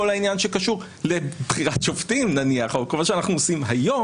כל העניין שקשור לבחירת שופטים נניח או מה שאנחנו עושים היום.